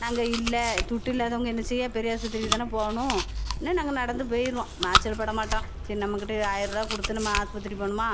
நாங்கள் இல்லை துட்டு இல்லாதவங்க என்ன செய்ய பெரியாஸ்பத்திரிக்கு தானே போகணும் னு நாங்கள் நடந்து போயிருவோம் மச்சல் படமாட்டோம் சரி நம்மகிட்ட ஆயிருவா கொடுத்து நம்ம ஹாஸ்பத்திரி போகணும்மா